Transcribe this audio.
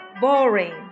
Boring